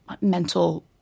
mental